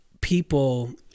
people